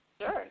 Sure